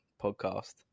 podcast